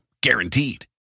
Guaranteed